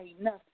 enough